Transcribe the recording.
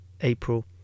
April